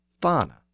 fauna